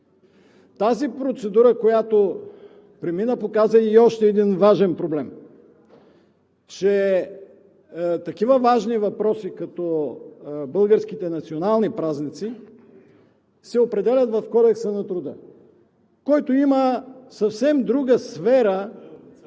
Тази процедура, която премина, показа и още един важен проблем, че такива важни въпроси, като българските национални празници, се определят в Кодекса на труда, който има съвсем друга сфера.